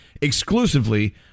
exclusively